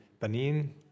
Benin